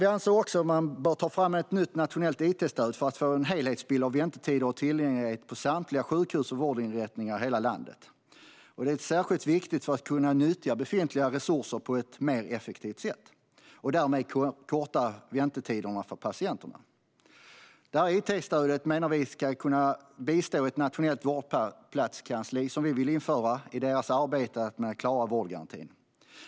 Vi anser också att man bör ta fram ett nytt nationellt itstöd för att få en helhetsbild av väntetider och tillgänglighet på samtliga sjukhus och vårdinrättningar i hela landet. Det är särskilt viktigt för att kunna nyttja befintliga resurser på ett effektivare sätt och därmed korta väntetiderna för patienterna. Det här it-stödet menar vi ska kunna bistå ett nationellt vårdplatskansli, som vi vill införa, i dess arbete med att klara vårdgarantin.